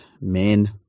men